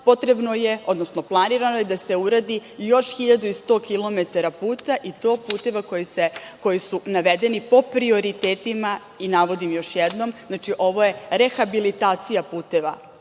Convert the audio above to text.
potrebno je, odnosno planirano je da se uradi još 1100 kilometara puta i to puteva koji su navedeni po prioritetima. Navodim još jednom, ovo je rehabilitacija puteva.